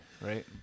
right